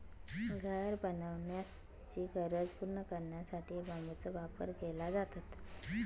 घर बनवण्याची गरज पूर्ण करण्यासाठी बांबूचं वाटप केले जातात